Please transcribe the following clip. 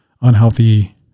unhealthy